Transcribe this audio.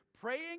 praying